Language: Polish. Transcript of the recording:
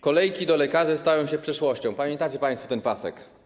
Kolejki do lekarzy stają się przeszłością” - pamiętacie państwo ten pasek.